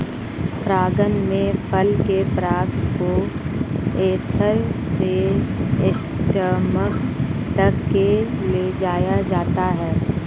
परागण में फल के पराग को एंथर से स्टिग्मा तक ले जाया जाता है